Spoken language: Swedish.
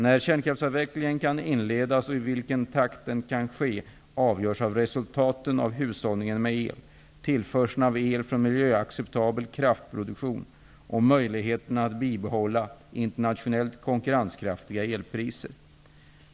När kärnkraftsavvecklingen kan inledas och i vilken takt den kan ske avgörs av resultaten av hushållningen med el, tillförseln av el från miljöacceptabel kraftproduktion och möjligheterna att bibehålla internationellt konkurrenskraftiga elpriser.